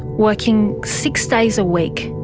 working six days a week,